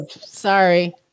Sorry